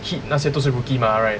heat 那些都是 rookie mah right